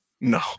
no